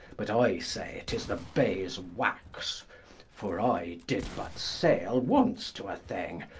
but i say, tis the bees waxe for i did but seale once to a thing,